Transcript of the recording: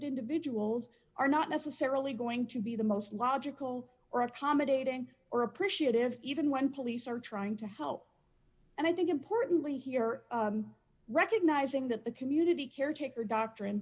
individuals are not necessarily going to be the most logical or accommodating or appreciative even when police are trying to help and i think importantly here recognizing that the community caretaker doctrine